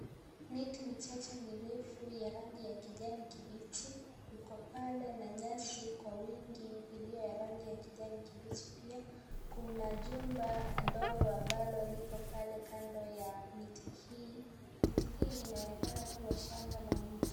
Miti michache mirefu ya rangi ya kijani kibichi iko pale na nyasi kwa wingi iliyo ya rangi ya kijani kibichi pia. Kuna chumba ndogo ambalo liko pale kando ya miti hii. Miti hii inaonekana kuwa shamba la mtu.